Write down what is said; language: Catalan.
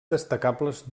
destacables